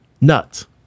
Nuts